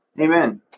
Amen